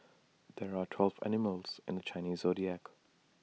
there are twelve animals in the Chinese Zodiac